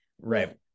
Right